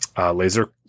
laser